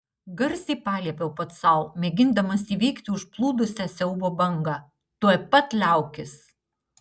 garsiai paliepiau pats sau mėgindamas įveikti užplūdusią siaubo bangą tuoj pat liaukis